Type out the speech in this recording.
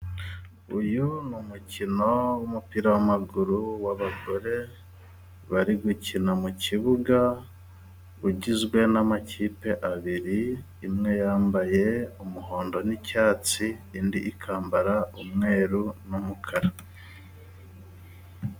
Uyu ni umukino w'umupira w'amaguru, w'abagore bari gukina mu kibuga. Ugizwe n'amakipe abiri, imwe yambaye umuhondo n'icyatsi, indi ikambara umweru n'umukara.